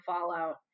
fallout